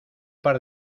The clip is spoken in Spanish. par